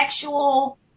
sexual